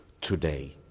today